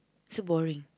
so boring